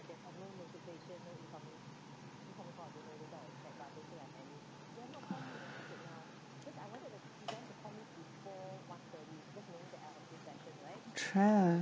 tra~